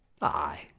Aye